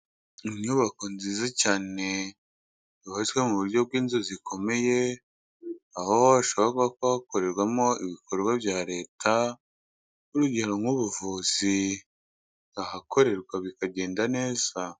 Inyubako nziza cyane yubatswe mu buryo bw'inzu zikomeye, aho hashoboka kuba hakorerwamo ibikorwa bya Leta, urugero nk'ubuvuzi bwahakorerwa bikagenda neza.